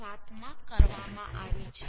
7 માં કરવામાં આવી છે